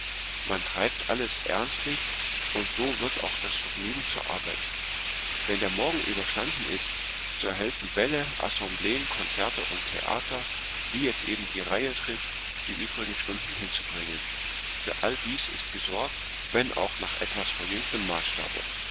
man treibt alles ernstlich und so wird auch das vergnügen zur arbeit wenn der morgen überstanden ist so helfen bälle assembleen konzerte und theater wie es eben die reihe trifft die übrigen stunden hinzubringen für alles dies ist gesorgt wenn auch nach etwas verjüngtem maßstabe